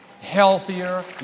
healthier